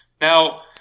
Now